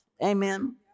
Amen